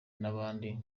n’abandi